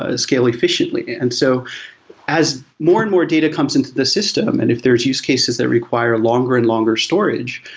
ah scale efficiently and so as more and more data comes into the system and if there's use cases that require longer and longer storage,